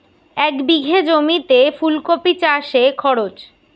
এক বিঘে জমিতে ফুলকপি চাষে খরচ?